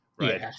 Right